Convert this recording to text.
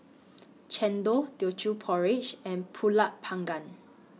Chendol Teochew Porridge and Pulut Panggang